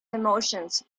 emotions